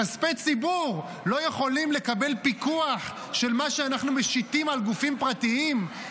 כספי ציבור לא יכולים לקבל פיקוח של מה שאנחנו משיתים על גופים פרטיים?